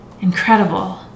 Incredible